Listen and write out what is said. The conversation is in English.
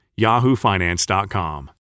yahoofinance.com